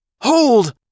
Hold